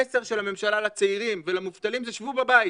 המסר של הממשלה לצעירים ולמובטלים זה שבו בבית,